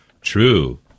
True